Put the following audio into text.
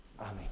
Amen